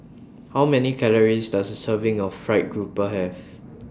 How Many Calories Does A Serving of Fried Grouper Have